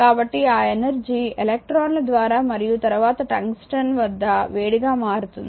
కాబట్టి ఆ ఎనర్జీ ఎలక్ట్రాన్ల ద్వారా మరియు తరువాత టంగ్స్టన్ వద్ద వేడిగా మారుతుంది